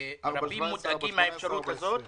רבים מודאגים מהאפשרות הזאת.